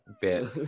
bit